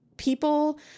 People